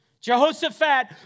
Jehoshaphat